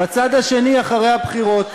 בצד השני אחרי הבחירות.